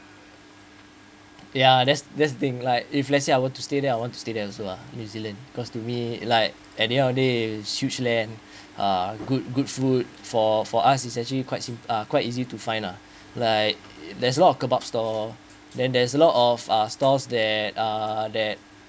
ya that's that's thing like if let's say I were to stay there I want to stay there also uh new zealand cause to me like at the end of the day huge land uh good good food for for us is actually quite sim~ quite easy to find lah like there's a lot of kebab store then there's a lot of uh stores that uh that